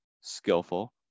skillful